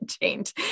change